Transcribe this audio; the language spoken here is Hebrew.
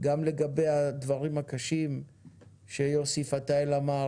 גם לגבי הדברים הקשים שיוסי פתאל אמר